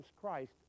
Christ